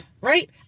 right